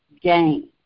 gain